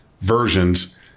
versions